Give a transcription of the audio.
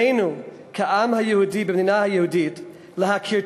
עלינו כעם היהודי במדינה היהודית להכיר